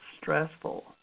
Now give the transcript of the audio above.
stressful